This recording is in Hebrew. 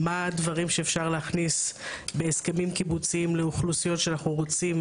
מה הדברים שאפשר להכניס בהסכמים קיבוציים לאוכלוסיות שאנחנו רוצים